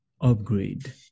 Upgrade